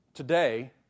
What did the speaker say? Today